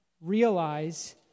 realize